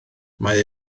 mae